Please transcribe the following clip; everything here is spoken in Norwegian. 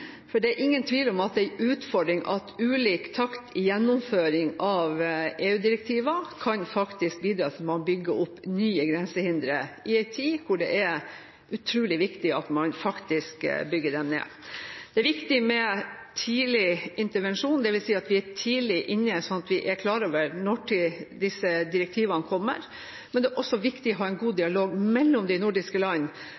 Det er ingen tvil om at det er en utfordring at ulik takt i gjennomføringen av EU-direktiver kan bidra til at man bygger opp nye grensehindre i en tid da det er utrolig viktig at man faktisk bygger dem ned. Det er viktig med tidlig intervensjon, dvs. at vi er tidlig inne, slik at vi er klar over når disse direktivene kommer, men det er også viktig at det er en god